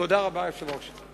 תודה רבה, אדוני היושב-ראש.